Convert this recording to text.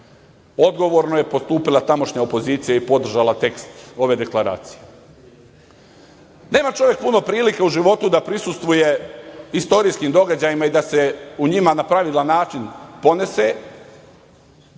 Odgovorno je postupila tamošnja opozicija i podržala tekst ove deklaracije. Nema čovek puno prilike u životu da prisustvuje istorijskim događajima i da se u njima na pravilan način ponese,